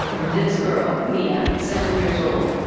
this girl, mia, seven years old,